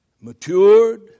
matured